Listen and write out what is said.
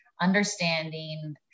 understanding